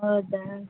ಹೌದಾ